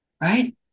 right